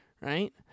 Right